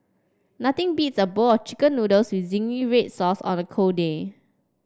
nothing beats a bowl of chicken noodles with zingy red sauce on a cold day